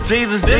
Jesus